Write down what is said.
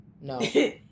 No